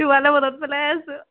তোমালৈ মনত পেলাই আছোঁ